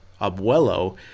abuelo